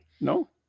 No